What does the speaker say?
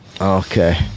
okay